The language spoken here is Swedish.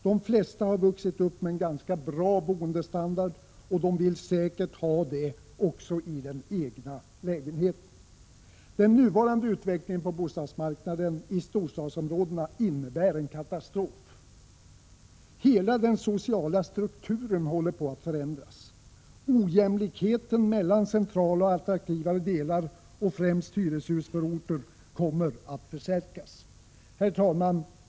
De flesta har vuxit upp med en ganska bra boendestandard och vill säkert ha det också i den egna lägenheten. Den nuvarande utvecklingen på bostadsmarknaden i storstadsområdena innebär en katastrof. Hela den sociala strukturen håHer på att förändras. Ojämlikheten mellan centrala och attraktiva delar och främst hyreshusföror 53 ter kommer att förstärkas. Herr talman!